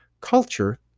culture